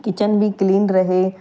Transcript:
kitchen बि clean रहे